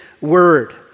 word